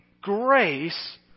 grace